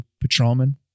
patrolman